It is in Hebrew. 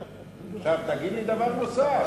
עכשיו תגיד לי דבר נוסף,